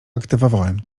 aktywowałem